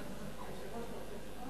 היושב-ראש, אתה רוצה תשובה?